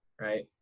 right